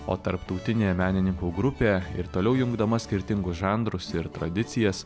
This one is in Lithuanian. o tarptautinė menininkų grupė ir toliau jungdama skirtingus žanrus ir tradicijas